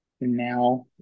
now